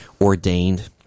ordained